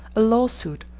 a lawsuit,